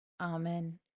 Amen